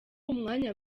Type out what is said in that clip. umwanya